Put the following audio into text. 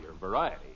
variety